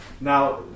Now